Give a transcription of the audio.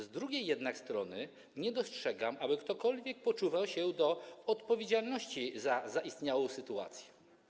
Z drugiej jednak strony nie dostrzegam, aby ktokolwiek poczuwał się do odpowiedzialności za zaistniałą sytuację.